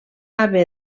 haver